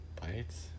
bites